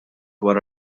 wara